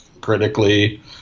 critically